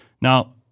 now